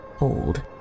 old